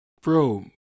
bro